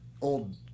old